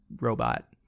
robot